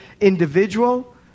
individual